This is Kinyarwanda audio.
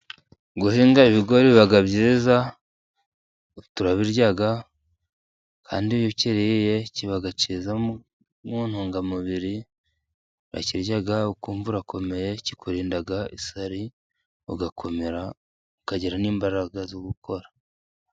Guhinga ibigori biba byiza. Turabirya kandi iyo ukiriye kiba cyiza mu ntungamubiri. Urakirya ukumvura urakomeye, kikurinda isari ugakomera, ukagira n'imbaraga zo gukora.